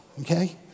okay